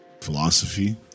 philosophy